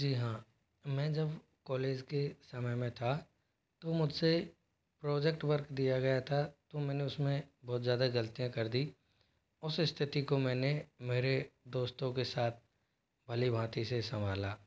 जी हाँ मैं जब कॉलेज के समय में था तो मुझसे प्रोजेक्ट वर्क दिया गया था तो मैंने उसमें बहुत ज़्यादा गलतियाँ कर दी उस स्थिति को मैंने मेरे दोस्तों के साथ भली भाँति से संभाला